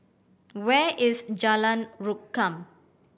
where is Jalan Rukam